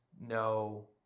no